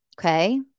Okay